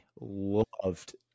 loved